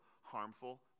harmful